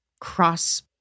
cross—